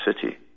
city